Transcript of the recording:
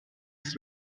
ist